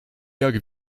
jak